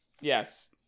Yes